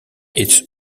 its